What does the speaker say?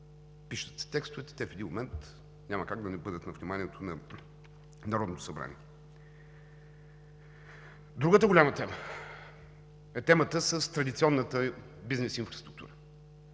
пишат се текстовете. Те в един момент няма как да не бъдат на вниманието на Народното събрание. Другата голяма тема е темата с традиционната бизнес инфраструктура.